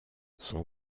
son